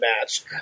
match